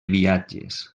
viatges